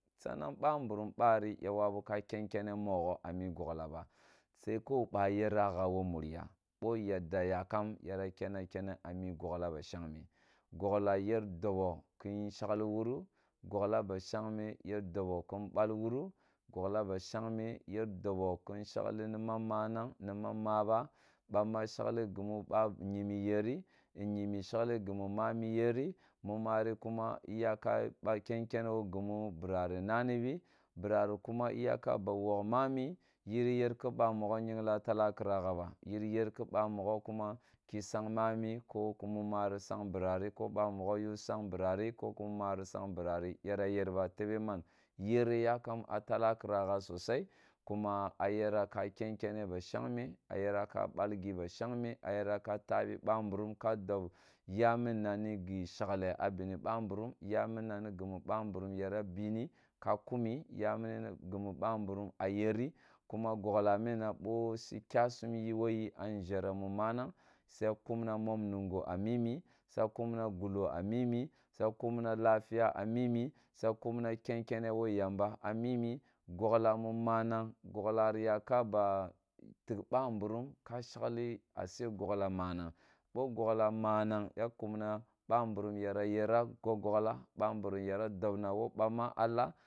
Sa nan ba mburum ba ri ya wabi ka ken kene nugho a migogla ba se ko ba yera gha wo muriya bo yadd ayakam yara kenna kene a me gogla ba shagme gogla yer dobo ken nshangle quri gogla wuru gogla ba shangme yer dobo kun whagli ni man manang neman ma ba bamma shagli gow ba nyemi yeri nyimi hsagle gumi mami yeri muma ni kuma iyaka ba ken kene wo gimu bira ri nani bi bira ri kuma iyaka ba wog mami yiri yer ke ba nmogho yigha talakira gha ba yiri yere ki ba nmogho kuma sang mami ko ka muma yara yer ba tebe mun yere yakam a tala kira gha sosai kuma a yera ka ken kenne ba shangme, a yere ka bal bal gi ba shangme a yera kata bi bambutum ka dob ya minna ni gi shanhle a bini ba mburum ya minna nigi mi bamburum yara bini ka kimi, ya mini ni gui bamburum a yeri kuma gogla a nʒhere mu manang siya kumna mom nungo a mimi sa kumna gullo a mimi sa kumma lafiya amimi sa kumna ken kene wo yamba a mimi sakumna ken kene wo yamba a mimi gogla mu manang goglati yaka ba tag bam burum bo gog la monong ya kumna bamburum ya yerea gog gogla bamburum yera dobna wo bam ma a lah